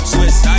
Swiss